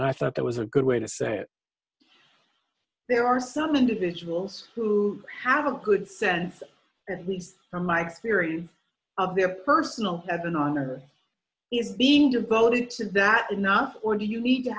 and i thought that was a good way to say there are some individuals who have a good sense at least from my experience of their personal heaven on earth is being devoted to that enough or do you need to